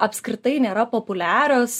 apskritai nėra populiarios